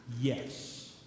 Yes